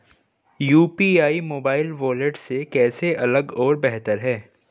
UPI mobile wallet से कैसे अलग और बेहतर है?